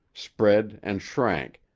spread and shrank,